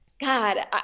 God